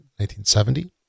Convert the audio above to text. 1970